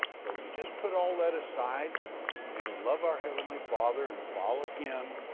so you just put all that aside and love our heavenly father and follow him.